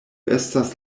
estas